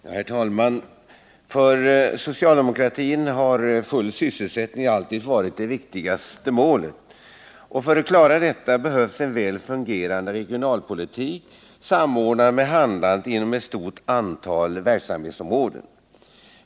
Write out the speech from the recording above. Herr talman! För socialdemokratin har full sysselsättning alltid varit det viktigaste målet. För att klara detta behövs en väl fungerande regionalpolitik, sarnordnad med handlandet inom ett stort antal verksamhetsområden.